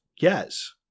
yes